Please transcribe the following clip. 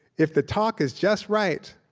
if the talk is just right,